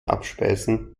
abspeisen